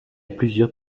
plusieurs